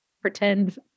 pretend